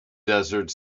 desert